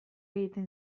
egiten